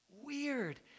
weird